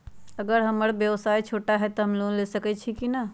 अगर हमर व्यवसाय छोटा है त हम लोन ले सकईछी की न?